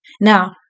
Now